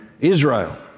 Israel